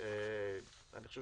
אני חושב